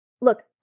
Look